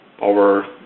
over